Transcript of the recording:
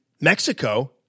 Mexico